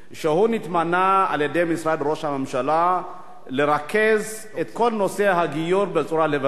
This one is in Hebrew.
שנתמנה על-ידי משרד ראש שהממשלה לרכז את כל נושא הגיור בצורה לבבית.